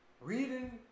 reading